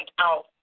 out